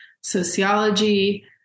sociology